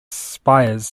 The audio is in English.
spires